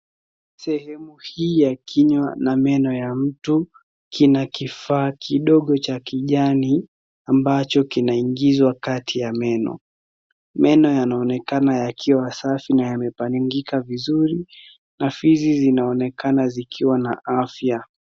Sehemu hii ya kinywa na meno ya mtu, kina kifaa kidogo cha kijani ambacho kinaingizwa kati ya meno. Meno yanaonekana yakiwa safi na yamepangika vizuri na fizi zinaonekana zikiwa na afya.